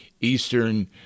eastern